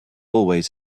always